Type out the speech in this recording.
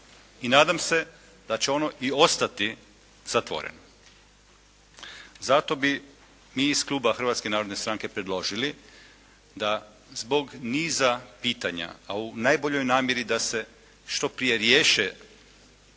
i nadam se da će ono i ostati zatvoreno. Zato bi mi iz kluba Hrvatske narodne stranke mi predložili da zbog niza pitanja, a u najboljoj namjeri da se što prije riješe